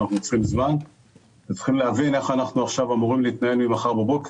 צריכים זמן ולהבין איך אנחנו אמורים להתנהל ממחר בבוקר,